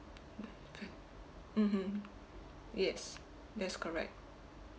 okay mmhmm yes that's correct